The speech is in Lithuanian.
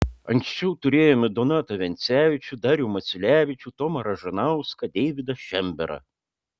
anksčiau turėjome donatą vencevičių darių maciulevičių tomą ražanauską deividą šemberą